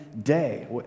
day